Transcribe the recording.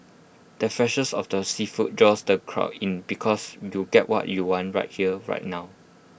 the freshets of the seafood draws the crowd in because you'll get what you want right here right now